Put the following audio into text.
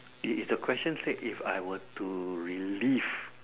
did did the question said if I were to relive